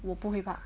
我不会怕